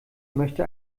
möchte